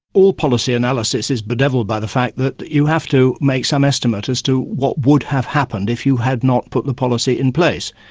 all policy analysis is bedevilled by the fact that you have to make some estimate as to what would have happened if you had not put the policy in place.